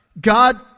God